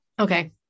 okay